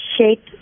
shape